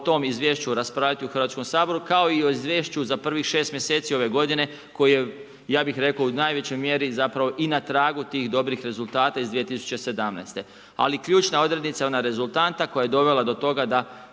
o tome izvješću raspravljati u Hrvatskom saboru kao i o izvješću za prvih 6 mj. ove godine koje je ja bih rekao, u najvećoj mjeri zapravo i na tragu tih dobrih rezultata iz 2017. Ali ključna odrednica, ona rezultanta koja je dovela do toga da